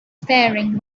faring